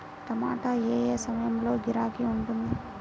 టమాటా ఏ ఏ సమయంలో గిరాకీ ఉంటుంది?